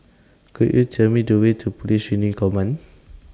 Could YOU Tell Me The Way to Police Training Command